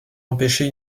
empêché